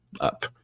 up